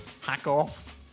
hack-off